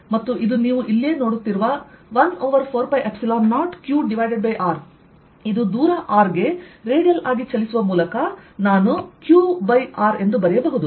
ಮತ್ತು ಇದು ನೀವು ಇಲ್ಲಿಯೇ ನೋಡುತ್ತಿರುವ1 ಓವರ್ 4π0qr ಇದು ದೂರ rಗೆ ರೇಡಿಯಲ್ ಆಗಿ ಚಲಿಸುವ ಮೂಲಕ ನಾನು qr ಎಂದು ಬರೆಯಬಹುದು